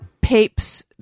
papes